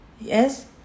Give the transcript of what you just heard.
Yes